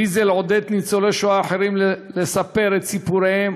ויזל עודד ניצולי שואה אחרים לספר את סיפוריהם,